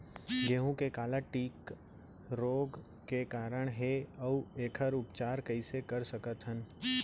गेहूँ के काला टिक रोग के कारण का हे अऊ एखर उपचार कइसे कर सकत हन?